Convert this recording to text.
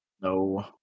No